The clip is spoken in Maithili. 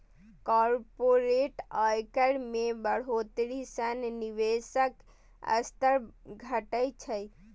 कॉरपोरेट आयकर मे बढ़ोतरी सं निवेशक स्तर घटै छै